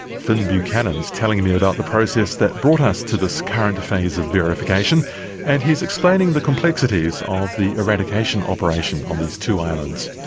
fin buchanan's telling me about the process that brought us to this current phase of verification and he's explaining the complexities of the eradication operation on these two islands.